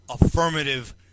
affirmative